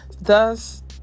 Thus